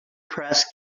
pressed